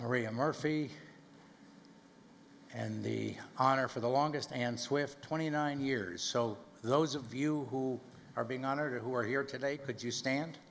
maria murphy and the honor for the longest and swift twenty nine years so those of you who are being honored who are here today could you stand